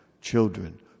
children